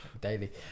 Daily